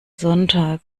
sonntag